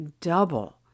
double